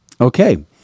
Okay